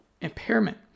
impairment